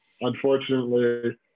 Unfortunately